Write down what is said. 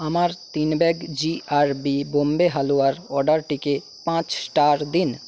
আমার তিন ব্যাগ জিআরবি বোম্বে হালুয়ার অর্ডারটিকে পাঁচ স্টার দিন